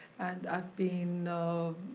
and i've been, you know